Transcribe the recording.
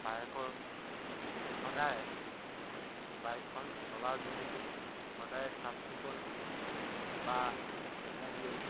বাইকৰ সদায় বাইকখন চলা যিহেতু সদায় চাফচিকুণ বা ম'বিল